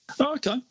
Okay